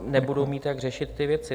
... nebudou mít, jak řešit ty věci.